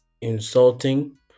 insulting